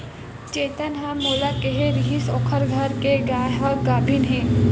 चेतन ह मोला केहे रिहिस ओखर घर के गाय ह गाभिन हे